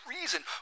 reason